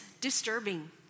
disturbing